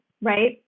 right